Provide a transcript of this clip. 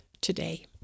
today